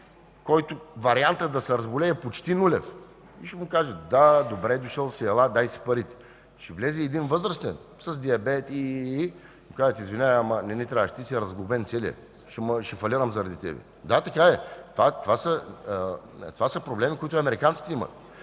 който вариантът да се разболее е почти нулев. Ще му кажат: да, добре дошъл си, да, дай си парите. Ще влезе един възрастен с диабет и ... ще му кажат: извинявай, но не ни трябваш, ти си разглобен целият, ще фалирам заради теб. Да, така е! Това са проблеми, които американците имат.